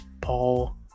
Paul